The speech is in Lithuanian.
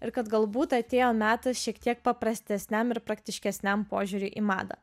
ir kad galbūt atėjo metas šiek tiek paprastesniam ir praktiškesniam požiūriui į madą